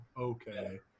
Okay